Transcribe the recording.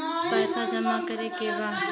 पैसा जमा करे के बा?